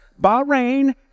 Bahrain